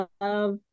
love